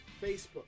facebook